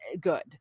good